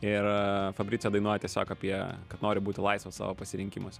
ir fabricio dainuoja tiesiog apie kad nori būti laisvas savo pasirinkimuose